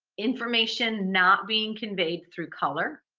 information not being conveyed through color.